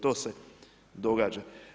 To se događa.